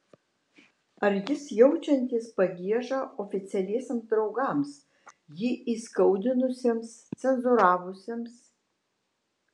ar jis jaučiantis pagiežą oficialiesiems draugams jį įskaudinusiems cenzūravusiems